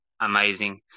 amazing